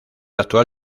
actual